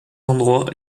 endroits